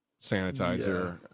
sanitizer